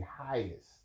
highest